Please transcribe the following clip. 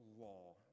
law